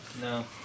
No